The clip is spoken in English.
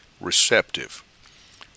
receptive